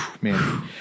man